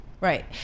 Right